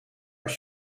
als